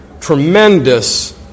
tremendous